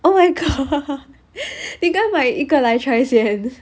oh my god 你应该买一个来 try 先